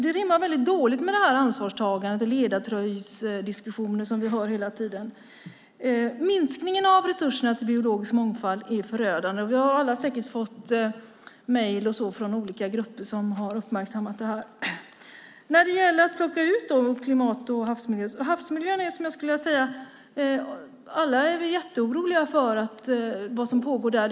Det rimmar dåligt med diskussionen om ansvarstagandet och ledartröjan som vi hör hela tiden. Minskningen av resurserna till biologisk mångfald är förödande. Vi har alla säkert fått mejl från olika grupper som har uppmärksammat det. När det gäller havsmiljön är vi alla jätteoroliga för vad som pågår där.